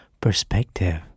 perspective